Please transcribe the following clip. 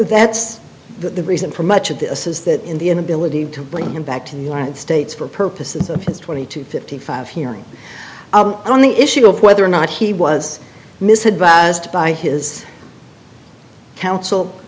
that's the reason for much of this is that in the inability to bring him back to the united states for purposes of his twenty two fifty five hearing on the issue of whether or not he was mis advised by his counsel